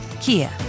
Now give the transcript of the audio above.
Kia